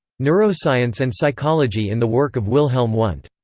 neuroscience and psychology in the work of wilhelm wundt.